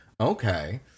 okay